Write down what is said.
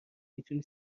میتونی